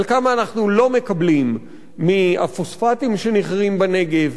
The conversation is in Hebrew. על כמה אנחנו לא מקבלים מהפוספטים שנכרים בנגב,